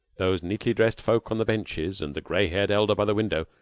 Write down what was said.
those neatly dressed folk on the benches, and the gray-headed elder by the window,